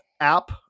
app